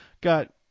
got